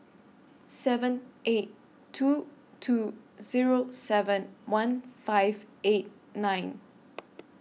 seven eight two two Zero seven one five eight nine